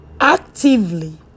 actively